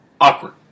awkward